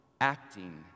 acting